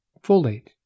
folate